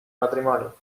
matrimonio